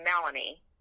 Melanie